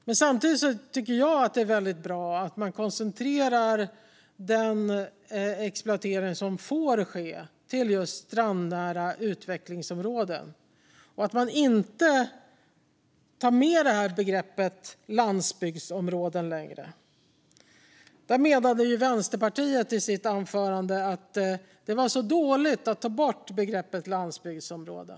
Men jag tycker samtidigt att det är bra att man koncentrerar den exploatering som får ske till just strandnära utvecklingsområden och att man inte längre tar med begreppet landsbygdsområden. Vänsterpartiets företrädare menade i sitt anförande att det var dåligt att ta bort begreppet landsbygdsområde.